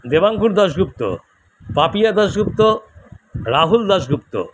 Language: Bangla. দেবাঙ্কুর দাসগুপ্ত পাপিয়া দাসগুপ্ত রাহুল দাসগুপ্ত